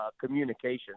communication